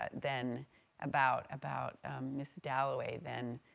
but than about, about mrs. dalloway, than,